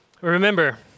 Remember